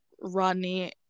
Rodney